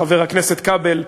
חבר הכנסת כבל,